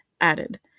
added